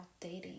dating